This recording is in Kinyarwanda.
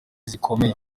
zikomeye